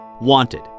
Wanted